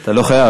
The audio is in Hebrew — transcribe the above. אתה לא חייב.